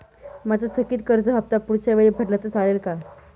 माझा थकीत कर्ज हफ्ता पुढच्या वेळी भरला तर चालेल का?